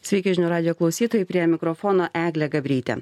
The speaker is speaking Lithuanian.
sveiki žinių radijo klausytojai prie mikrofono eglė gabrytė